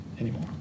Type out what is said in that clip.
anymore